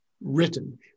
written